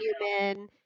human